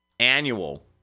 annual